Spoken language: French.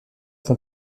font